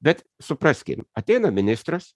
bet supraskim ateina ministras